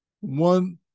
One